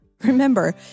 Remember